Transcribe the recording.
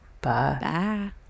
Bye